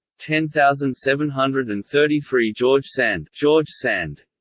ten thousand seven hundred and thirty three georgesand georgesand